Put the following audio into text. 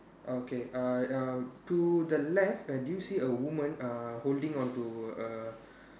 okay uh uh to the left and do you see a woman uh holding on to a